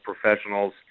professionals